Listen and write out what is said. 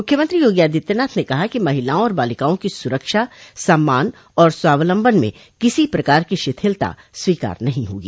मुख्यमंत्री योगी आदित्यनाथ ने कहा कि महिलाओं और बालिकाओं की सुरक्षा सम्मान और स्वावलम्बन में किसी प्रकार की शिथिलता स्वीकार नहीं होगी